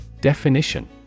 Definition